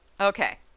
Okay